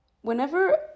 Whenever